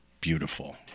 beautiful